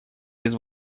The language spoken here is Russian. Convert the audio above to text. без